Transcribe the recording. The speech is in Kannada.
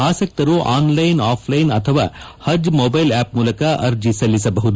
ಆಸಕ್ತರು ಆನ್ಲೈನ್ ಆಫ್ಲೈನ್ ಅಥವಾ ಹಜ್ ಮೊಬೈಲ್ ಆಪ್ ಮೂಲಕ ಅರ್ಜಿ ಸಲ್ಲಿಸಬಹುದು